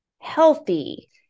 Healthy